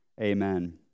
amen